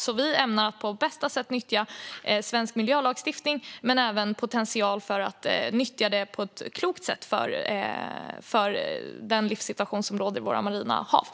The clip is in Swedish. Vi ämnar alltså att på bästa sätt nyttja svensk miljölagstiftning och även potentialen att nyttja den på ett klokt sätt för den livssituation som råder i våra marina miljöer.